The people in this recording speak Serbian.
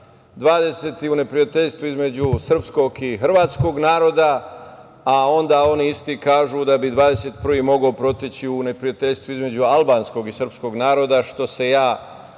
20. u neprijateljstvu između srpskog i hrvatskog naroda, a onda oni isti kažu da bi 21. mogao proteći u neprijateljstvu između albanskog i srpskog naroda što se ja